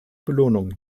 belohnung